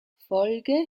folge